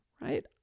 right